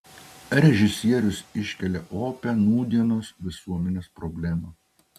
režisierius iškelia opią nūdienos visuomenės problemą